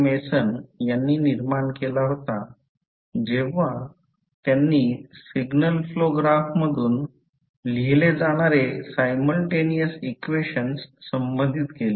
mason यांनी निर्माण केला होता जेव्हा त्यांनी सिग्नल फ्लो ग्राफ ग्राफमधून लिहिले जाणारे सायमल्टेनियस इक्वेशन संबंधीत केले